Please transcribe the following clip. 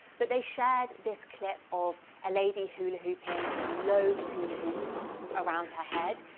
but they shared this clip of a lady hula hooping with loads of hula hoops around her head.